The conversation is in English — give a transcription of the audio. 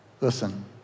Listen